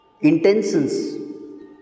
intentions